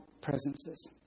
presences